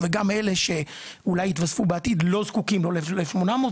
ואני מתפלא על רחל,